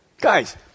Guys